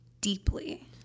deeply